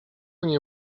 nie